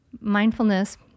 mindfulness